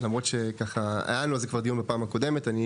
למרות שהיה לנו כבר דיון על זה בפעם הקודמת, ואני